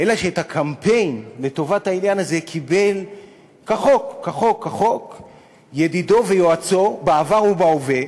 אלא שאת הקמפיין לטובת העניין הזה קיבל כחוק ידידו ויועצו בעבר ובהווה,